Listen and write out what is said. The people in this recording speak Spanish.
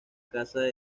casa